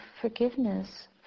forgiveness